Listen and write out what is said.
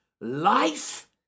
Life